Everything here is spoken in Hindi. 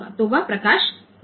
तो वह प्रकाश 1 होगा